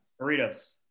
Burritos